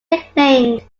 nicknamed